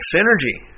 Synergy